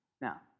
Now